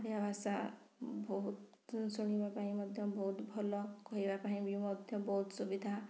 ଓଡ଼ିଆଭାଷା ବହୁତ ଶୁଣିବା ପାଇଁ ମଧ୍ୟ ବହୁତ ଭଲ କହିବା ପାଇଁ ବି ମଧ୍ୟ ବହୁତ ସୁବିଧା